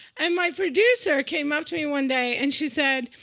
and my producer came up to me one day and she said,